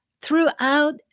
throughout